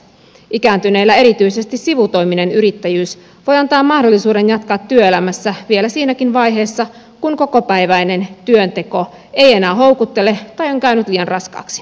ikääntyneillä erityisesti sivutoiminen yrittäjyys voi antaa mahdollisuuden jatkaa työelämässä vielä siinäkin vaiheessa kun kokopäiväinen työnteko ei enää houkuttele tai on käynyt liian raskaaksi